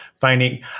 finding